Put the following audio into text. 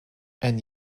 and